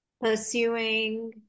pursuing